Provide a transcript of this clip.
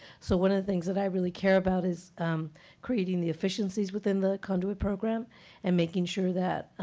so one of the things that i really care about is creating the efficiencies within the conduit program and making sure that